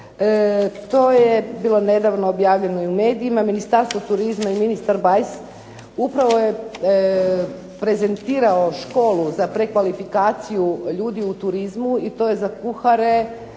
To je bilo nedavno objavljeno i u medijima. Ministarstvo turizma i ministar Bajs upravo je prezentirao školu za prekvalifikaciju ljudi u turizmu i to je za kuhare,